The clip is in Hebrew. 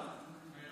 מי